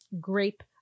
grape